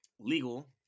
Legal